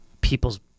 people's